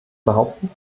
behaupten